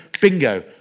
Bingo